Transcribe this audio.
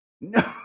No